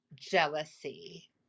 jealousy